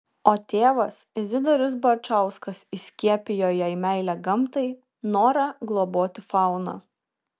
o tėvas izidorius barčauskas įskiepijo jai meilę gamtai norą globoti fauną